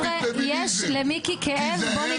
כאב הדדי.